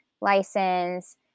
license